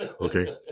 Okay